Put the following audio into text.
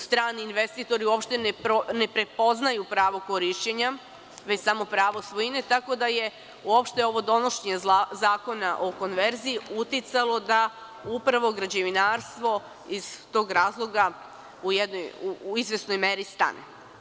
Strani investitori uopšte ne prepoznaju pravo korišćenja već samo pravo svojine, tako da je uopšte ovo donošenje zakona o konverziji uticalo daupravo građevinarstvo, iz tog razloga, u izvesnoj meri stane.